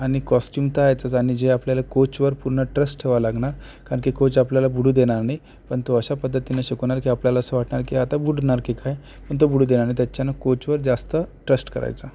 आणि कॉस्ट्यूम तर आहेतच आणि जे आपल्याला कोचवर पूर्ण ट्रस्ट ठेवावं लागणार कारण की कोच आपल्याला बुडू देणार नाही पण तो अशा पद्धतीने शिकवणार की आपल्याला असं वाटणार की आता बुडणार की काय पण तो बुडू देणार नाही त्याच्यान कोचवर जास्त ट्रस्ट करायचं